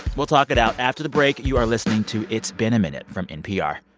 we'll talk it out after the break. you are listening to it's been a minute from npr.